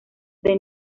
the